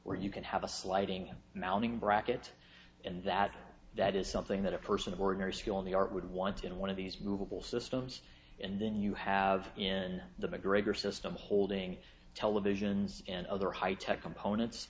where you can have a sliding mounting bracket and that that is something that a person of ordinary skill in the art would want in one of these movable systems and then you have in the macgregor system holding televisions and other high tech components